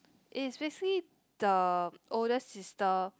it is basically the older sister